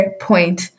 point